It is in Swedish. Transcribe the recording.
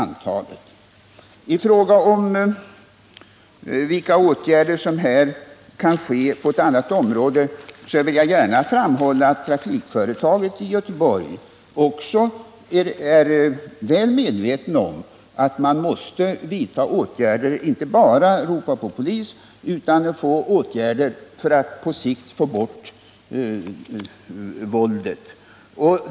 När det gäller vilka åtgärder som kan vidtas på andra områden vill jag gärna framhålla att trafikföretaget i Göteborg är väl medvetet om att det måste vidta åtgärder — inte bara ropa på polis — för att på sikt få bort våldet.